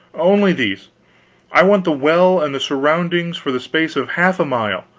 only these i want the well and the surroundings for the space of half a mile,